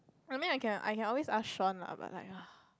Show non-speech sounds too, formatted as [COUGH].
I mean I can I can always ask Shawn lah but like [NOISE]